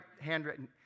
handwritten